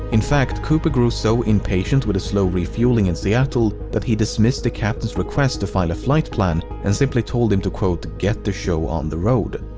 in fact, cooper grew so impatient with the slow refueling in seattle that he dismissed the captain's request to file a flight plan and simply told him to get the show on the road.